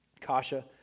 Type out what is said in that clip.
Kasha